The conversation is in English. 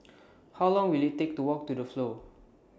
How Long Will IT Take to Walk to The Flow